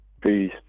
Peace